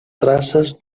traces